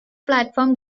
platform